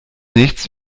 nichts